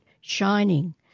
shining